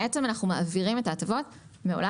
בעצם אנחנו מעבירים את ההטבות מעולם